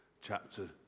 chapter